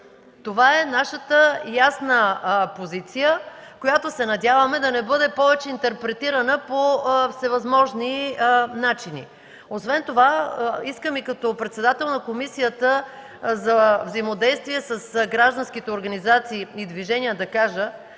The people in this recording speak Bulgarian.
Това е нашата ясна позиция, която се надяваме да не бъде повече интерпретирана по всевъзможни начини. Освен това искам и като председател на Комисията за взаимодействие с гражданските организации и движения да кажа,